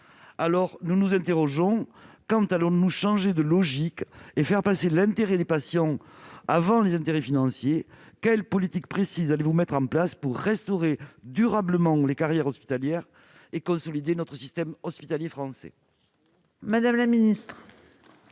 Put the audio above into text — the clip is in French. la ministre : quand allons-nous changer de logique et faire passer l'intérêt des patients avant les intérêts financiers ? Quelle politique précise entendez-vous mettre en place pour restaurer durablement les carrières hospitalières et consolider notre système hospitalier ? La parole est à Mme la ministre